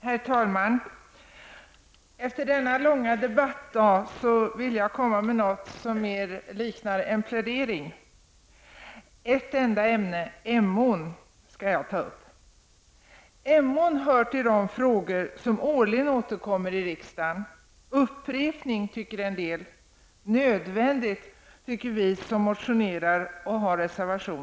Herr talman! Efter denna långa debattdag vill jag komma med något som mera liknar en plädering. Jag skall ta upp ett enda ämne, Emån. Emån hör till de frågor som årligen återkommer i riksdagen. Upprepning, tycker en del -- nödvändigt, tycker vi som motionerar och reserverar oss.